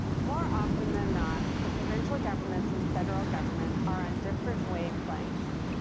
more often than not, the provincial governments and federal government are on different wave lengths,